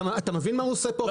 אתה מבין מה הוא עושה פה?